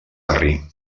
arri